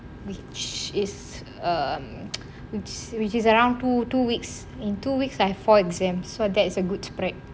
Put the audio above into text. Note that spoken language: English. which is uh which is around two two weeks in two weeks I have four exam so that is a good spread